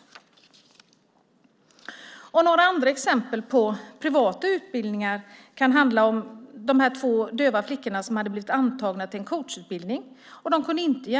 Jag kan nämna några andra exempel på privata utbildningar. Det var två döva flickor som hade blivit antagna till en coachutbildning. De kunde inte